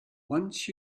once